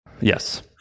Yes